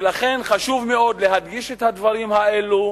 ולכן, חשוב מאוד להדגיש את הדברים האלה,